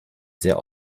sehr